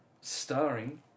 Starring